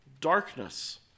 darkness